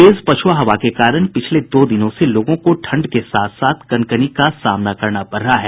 तेज पछुआ हवा के कारण पिछले दो दिनों से लोगों को ठंड के साथ साथ कनकनी का सामना करना पड़ रहा है